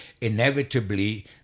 inevitably